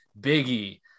Biggie